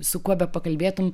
su kuo bekalbėtum